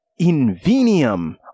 Invenium